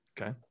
Okay